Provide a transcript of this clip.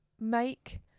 make